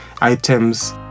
items